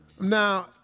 Now